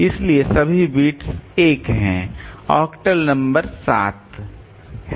इसलिए सभी बिट्स 1 हैं ऑक्टल नंबर 7 है